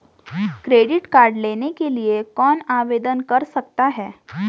Credit card लेने के लिए कौन आवेदन कर सकता है?